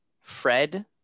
Fred